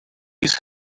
these